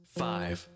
five